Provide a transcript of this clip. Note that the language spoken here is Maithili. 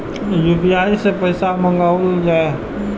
यू.पी.आई सै पैसा मंगाउल जाय?